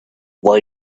why